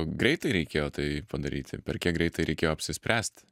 greitai reikėjo tai padaryti per kiek greitai reikėjo apsispręsti